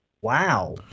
wow